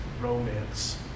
romance